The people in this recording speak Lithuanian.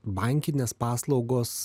bankinės paslaugos